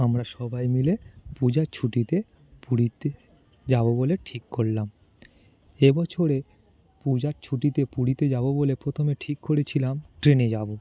আমরা সবাই মিলে পূজার ছুটিতে পুরীতে যাবো বলে ঠিক করলাম এ বছরে পূজার ছুটিতে পুরীতে যাবো বলে প্রথমে ঠিক করেছিলাম ট্রেনে যাবো